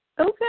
Okay